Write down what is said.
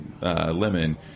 Lemon